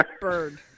bird